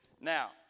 Now